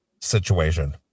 situation